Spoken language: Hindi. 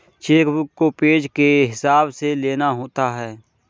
चेक बुक को पेज के हिसाब से लेना होता है